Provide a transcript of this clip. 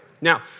Now